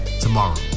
tomorrow